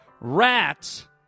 Rats